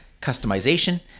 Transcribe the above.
customization